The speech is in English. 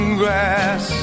grass